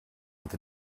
with